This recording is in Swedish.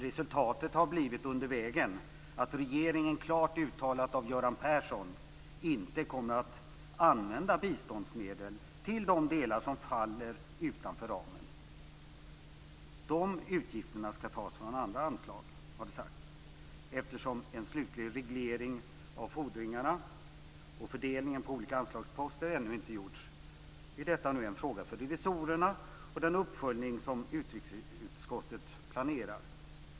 Resultatet har på vägen blivit att regeringen - och detta är klart uttalat av Göran Persson - inte kommer att använda biståndsmedel till de delar som faller utanför ramen. De utgifterna ska tas från andra anslag, har det sagts. Eftersom en slutlig reglering av fordringarna och fördelning på olika anslagsposter ännu inte gjorts är detta nu en fråga för revisorerna och den uppföljning som utrikesutskottet planerar.